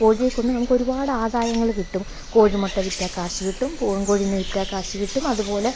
കോഴിയെ കൊണ്ട് നമുക്കൊരുപാട് ആദായങ്ങൾ കിട്ടും കോഴി മുട്ട വിറ്റാൽ കാശ് കിട്ടും പൂവൻ കോഴീനെ വിറ്റാൽ കാശ് കിട്ടും അതു പോലെ